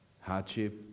hardship